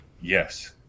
Yes